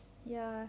ya